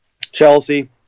Chelsea